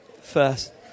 first